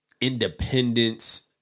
independence